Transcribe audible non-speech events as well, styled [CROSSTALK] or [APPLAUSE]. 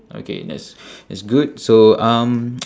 okay that's that's good so um [NOISE]